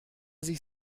sich